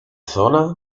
zonas